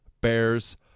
Bears